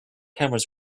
cameras